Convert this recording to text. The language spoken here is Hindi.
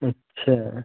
अच्छा